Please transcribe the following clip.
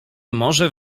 morze